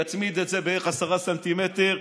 יצמיד את זה בערך עשרה ס"מ,